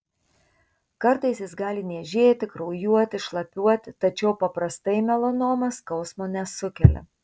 kartais jis gali niežėti kraujuoti šlapiuoti tačiau paprastai melanoma skausmo nesukelia